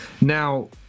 Now